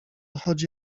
chodzi